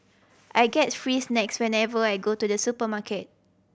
I get free snacks whenever I go to the supermarket